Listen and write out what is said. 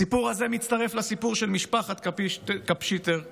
הסיפור הזה מצטרף לסיפור של משפחת קפשיטר מדימונה,